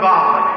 God